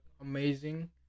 amazing